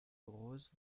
roses